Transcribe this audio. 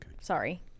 Sorry